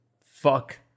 Fuck